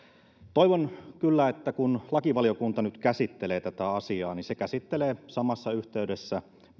toivon kyllä kun lakivaliokunta nyt käsittelee tätä asiaa että se käsittelee samassa yhteydessä